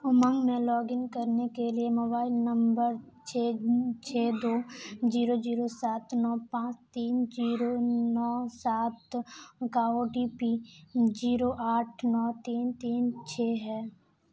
امنگ میں log in کرنے کے لیے موبائل نمبر چھ چھ دو زیرو جیرو سات نو پانچ تین زیرو نو سات کا او ٹی پی جیرو آٹھ نو تین تین چھ ہے